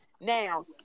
Now